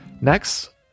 Next